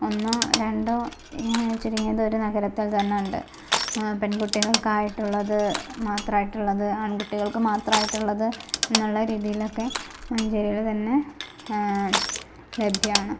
ഒന്നോ രണ്ടോ ചുരുങ്ങിയതൊരു നഗരത്തിൽ തന്നെയുണ്ട് പെൺകുട്ടികൾക്കായിട്ടുള്ളത് മാത്രമായിട്ടുള്ളത് ആൺകുട്ടികൾക്ക് മാത്രമായിട്ടുള്ളത് എന്നുള്ള രീതിയിലൊക്കെ മഞ്ചേരിയിൽ തന്നെ ലഭ്യമാണ്